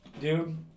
dude